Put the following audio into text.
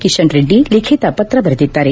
ಕಿಶನ್ ರೆಡ್ಡಿ ಲಿಖಿತ ಪತ್ರೆ ಬರೆದಿದ್ದಾರೆ